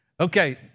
Okay